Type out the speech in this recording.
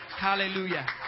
Hallelujah